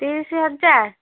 ତିରିଶ ହଜାର